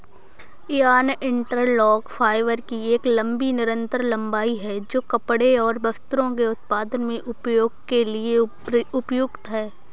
yarn interlock fibre की एक लंबी निरंतर लंबाई है, जो कपड़े और वस्त्रों के उत्पादन में उपयोग के लिए उपयुक्त है